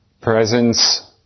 presence